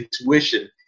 intuition